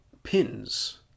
pins